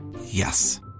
Yes